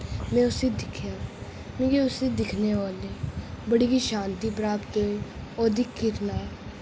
मैं उस्सी दिक्खेआ मिकी उस्सी दिक्खने वेल्ले बड़ी गै शांति प्राप्त होई ओह्दी किरणां